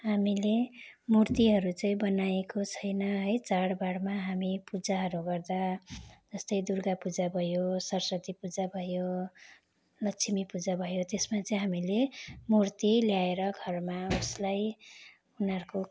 हामीले मुर्तीहरू चाहिँ बनाएको छैन है चाडबाडमा हामी पूजाहरू गर्दा जस्तै दुर्गा पूजा भयो स्वरस्वती पूजा भयो लक्ष्मी पूजा भयो त्यसमा चाहिँ हामीले मुर्ती ल्याएर घरमा उसलाई उनीहरूको